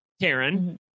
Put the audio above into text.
Karen